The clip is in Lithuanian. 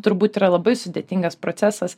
turbūt yra labai sudėtingas procesas